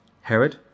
Herod